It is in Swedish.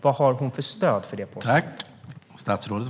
Vad har statsrådet för stöd för det påståendet?